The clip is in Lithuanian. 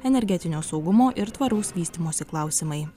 energetinio saugumo ir tvaraus vystymosi klausimai